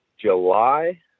july